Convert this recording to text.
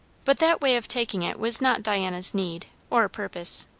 but that way of taking it was not diana's need, or purpose.